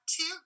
two